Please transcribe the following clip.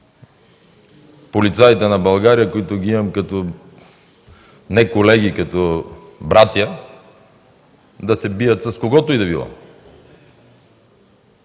полицаите на България, които ги имам не като колеги, а като братя, да се бият с когото и да било.